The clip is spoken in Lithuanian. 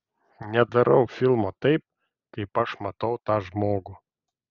nedarau filmo taip kaip aš matau tą žmogų